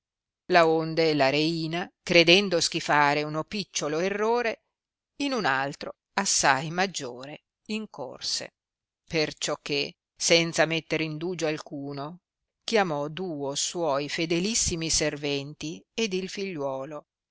aveva laonde la reina credendo schifare uno picciolo errore in un altro assai maggiore incorse perciò che senza metter indugio alcuno chiamò duo suoi fedelissimi serventi ed il figliuolo